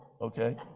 Okay